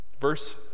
Verse